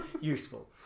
useful